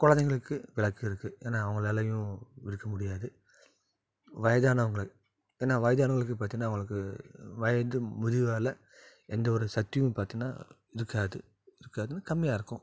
குழந்தைங்களுக்கு விளக்கு இருக்கு ஏன்னா அவங்களாலையும் இருக்க முடியாது வயதானவங்க ஏன்னா வயதானவங்களுக்கு பிரச்சனை அவங்களுக்கு வயது முதியோராவால் எந்த ஒரு சக்தியும் பார்த்தம்னா இருக்காது இருக்காதுன்னா கம்மியாக இருக்கும்